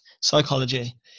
psychology